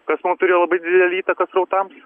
kas turėjo labai didelę įtaką srautams